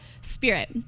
spirit